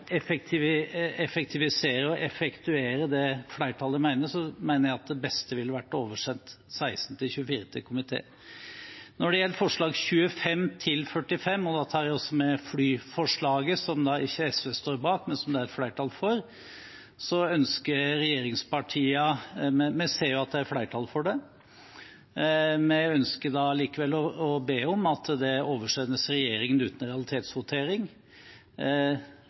effektivisere og effektuere det flertallet mener, mener jeg at det beste ville være å oversende forslagene nr. 16–24 til komité. Når det gjelder forslagene nr. 25–45 – og da tar jeg også med flyforslaget, som SV ikke står bak, men som det er et flertall for – ser regjeringspartiene at det er flertall for dem. Vi ønsker likevel å be om at de oversendes regjeringen uten realitetsvotering.